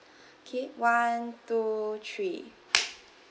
okay one two three